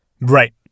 Right